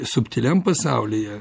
subtiliam pasaulyje